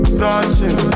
touching